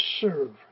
serve